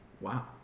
Wow